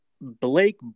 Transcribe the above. Blake